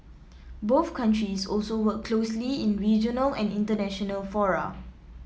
both countries also work closely in regional and international fora